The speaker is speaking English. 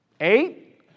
eight